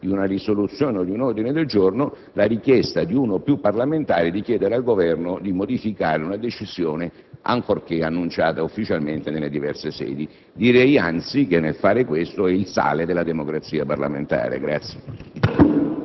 di una risoluzione o di un ordine del giorno la richiesta di uno o più parlamentari di chiedere al Governo di modificare una decisione, ancorché annunciata ufficialmente nelle diverse sedi. Direi, anzi, che fare questo è il sale della democrazia parlamentare.